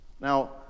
Now